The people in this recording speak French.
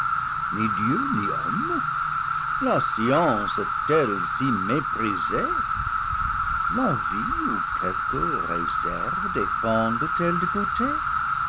dieu ni homme la science est-elle si méprisée l'envie ou quelque réserve